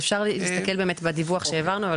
אפשר להסתכל בדיווח שהעברנו,